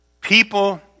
People